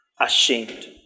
ashamed